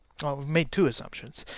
well we've made two assumptions.